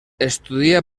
estudia